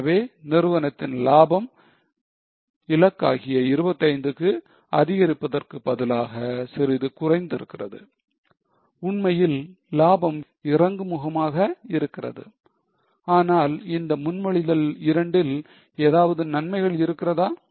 எனவே நிறுவனத்தின் லாபம் இலக்காகிய 25 க்கு அதிகரிப்பதற்கு பதிலாக சிறிது குறைந்து இருக்கிறது உண்மையில் லாபம் இறங்குமுகமாக இருக்கிறது ஆனால் இந்த முன்மொழிதல் 2 ல் ஏதாவது நன்மைகள் இருக்கிறதா